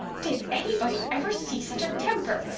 did anybody ever see such a temper!